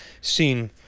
seen